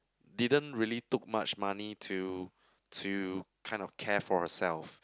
didn't really took much money to to kind of care for herself